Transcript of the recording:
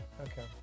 okay